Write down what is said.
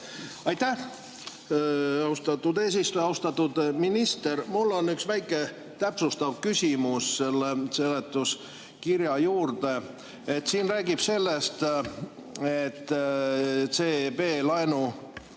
Aitäh, austatud eesistuja! Austatud minister! Mul on üks väike täpsustav küsimus selle seletuskirja kohta. Siin räägitakse sellest, et CEB laenu